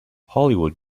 hollywood